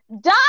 Die